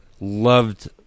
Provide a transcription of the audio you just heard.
Loved